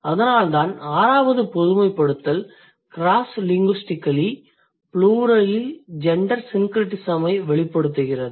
அதனால்தான் ஆறாவது பொதுமைப்படுத்தல் Crosslinguistically ப்ளூரலில் ஜெண்டர் syncretismஐ வெளிப்படுத்துகிறது